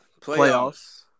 Playoffs